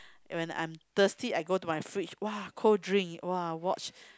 when I am thirsty I go to my fridge !wah! cold drink !wah! watch